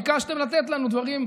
ביקשתם לתת לנו דברים,